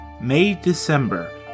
May-December